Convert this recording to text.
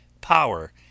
power